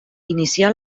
inicià